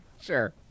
Sure